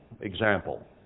example